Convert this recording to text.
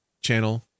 channel